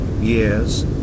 Years